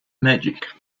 magic